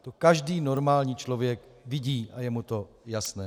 To každý normální člověk vidí a je mu to jasné.